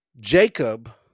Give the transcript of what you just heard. Jacob